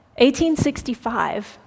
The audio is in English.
1865